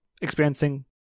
experiencing